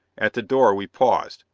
at the door we paused,